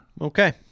Okay